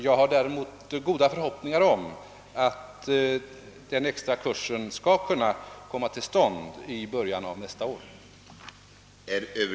Jag har däremot goda förhoppningar om att den extra kursen skall kunna komma till stånd i början av nästa år.